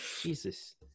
Jesus